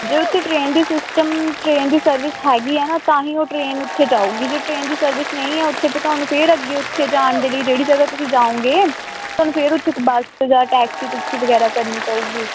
ਜੇ ਉੱਥੇ ਟਰੇਨ ਦੀ ਸਿਸਟਮ ਟਰੇਨ ਦੀ ਸਰਵਿਸ ਹੈਗੀ ਹੈ ਨਾ ਤਾਂ ਹੀ ਉਹ ਟਰੇਨ ਉੱਥੇ ਜਾਵੇਗੀ ਜੇ ਟਰੇਨ ਦੀ ਸਰਵਿਸ ਨਹੀਂ ਹੈ ਉੱਥੇ ਫਿਰ ਤੁਹਾਨੂੰ ਫੇਰ ਅੱਗੇ ਉੱਥੇ ਜਾਣ ਦੇ ਲਈ ਜਿਹੜੀ ਜਗ੍ਹਾ ਤੁਸੀਂ ਜਾਓਂਗੇ ਤੁਹਾਨੂੰ ਫਿਰ ਉੱਥੇ ਕੋਈ ਬੱਸ ਜਾਂ ਟੈਕਸੀ ਟੁਕਸੀ ਵਗੈਰਾ ਕਰਨੀ ਪਵੇਗੀ